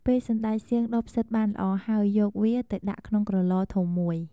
ពេលសណ្ដែកសៀងដុះផ្សិតបានល្អហើយ យកវាទៅដាក់ក្នុងក្រឡធំមួយ។